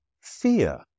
fear